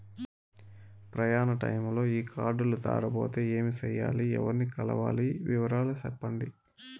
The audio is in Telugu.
ప్రయాణ టైములో ఈ కార్డులు దారబోతే ఏమి సెయ్యాలి? ఎవర్ని కలవాలి? వివరాలు సెప్పండి?